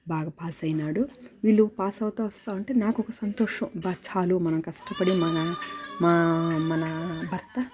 బాగ పాస్ అయినాడు వీళ్ళు పాస్ అవుతూ వస్తావుంటే నాకొక సంతోషం బాగా చాలు మనం కష్టపడి మన మా మన భర్త